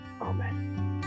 Amen